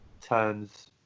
turns